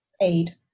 aid